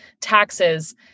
taxes